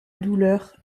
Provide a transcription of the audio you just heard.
douleur